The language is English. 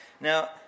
Now